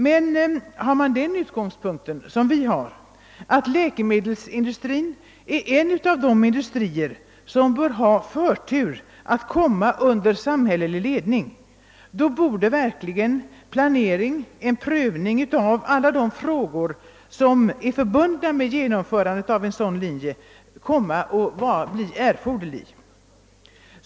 Men har man den uppfattningen — som vi har — att läkemedelsindustrin är en av de industrier som bör stå i förtur för att komma under samhällelig ledning, så är det nödvändigt med en planering och en prövning av alla de frågor som är förbundna med genomförandet av en sådan linje.